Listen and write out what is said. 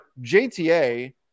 JTA